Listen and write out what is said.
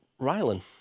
Rylan